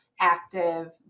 active